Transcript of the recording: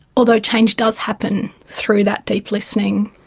although change does happen through that deep listening.